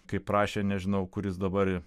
kaip rašė nežinau kur jis dabar